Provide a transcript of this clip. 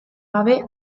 gabe